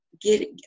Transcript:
get